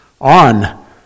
on